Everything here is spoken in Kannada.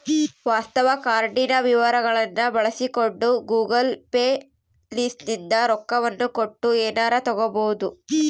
ವಾಸ್ತವ ಕಾರ್ಡಿನ ವಿವರಗಳ್ನ ಬಳಸಿಕೊಂಡು ಗೂಗಲ್ ಪೇ ಲಿಸಿಂದ ರೊಕ್ಕವನ್ನ ಕೊಟ್ಟು ಎನಾರ ತಗಬೊದು